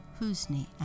Husni